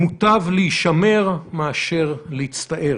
מוטב להישמר מאשר להצטער.